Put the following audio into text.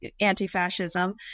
anti-fascism